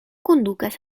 kondukas